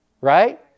right